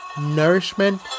nourishment